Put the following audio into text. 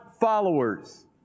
followers